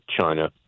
China